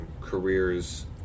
careers